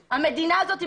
המדינה הזאת היא